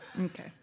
Okay